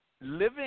living